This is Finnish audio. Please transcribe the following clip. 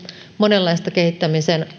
monenlaista kehittämisen